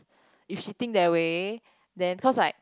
if she think that way then cause like